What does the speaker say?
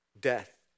death